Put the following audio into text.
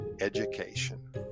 education